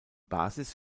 basis